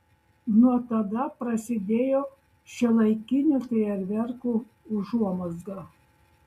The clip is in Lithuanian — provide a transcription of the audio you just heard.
nuo tada prasidėjo šiuolaikinių fejerverkų užuomazga